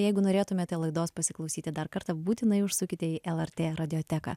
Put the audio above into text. jeigu norėtumėte laidos pasiklausyti dar kartą būtinai užsukite į lrt radioteką